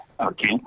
Okay